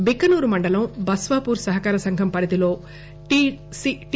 బిక్కనూరు మండలం బస్సాపూర్ సహకార సంఘం పరిధిలో టి